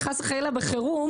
חס וחלילה בחירום,